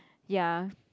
ya